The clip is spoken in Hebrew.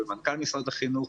ומנכ"ל משרד החינוך